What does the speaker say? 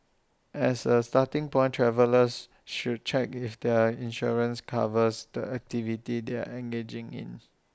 as A starting point travellers should check if their insurance covers the activities they are engaging in